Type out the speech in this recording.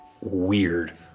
weird